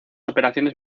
operaciones